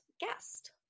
guest